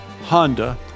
Honda